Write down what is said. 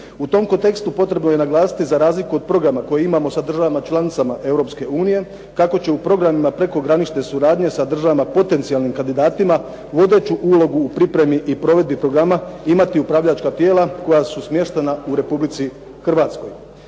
U tom kontekstu potrebno je naglasiti za razliku od programa koji imamo sa državama članicama Europske unije, kako će u programima prekogranične suradnje sa državama potencijalnim kandidatima vodeću ulogu u pripremi i provedbi programa imati upravljačka tijela koja su smještena u Republici Hrvatskoj.